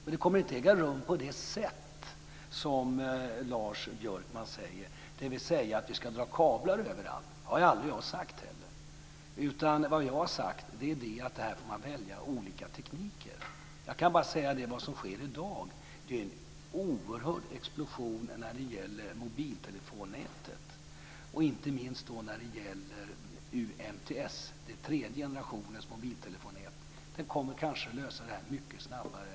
Men det kommer inte att äga rum på det sätt som Lars Björkman talar om, dvs. att vi ska dra kablar överallt. Det har jag heller aldrig sagt. Vad jag har sagt är att man får välja olika tekniker. Jag kan bara säga att det som sker i dag är en oerhörd explosion när det gäller mobiltelefonnätet och inte minst när det gäller UMTS - den tredje generationens mobiltelefonnät. Det kommer kanske att lösa detta mycket snabbare.